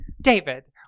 David